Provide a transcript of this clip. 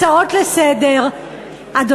הצעות לסדר-היום.